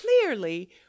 clearly